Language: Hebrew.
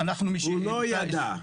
הוא לא ידע.